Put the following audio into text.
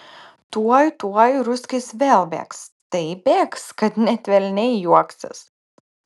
tuoj tuoj ruskis vėl bėgs taip bėgs kad net velniai juoksis